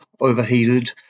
overheated